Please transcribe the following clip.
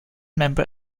member